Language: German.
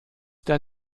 der